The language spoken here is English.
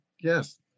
Yes